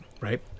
right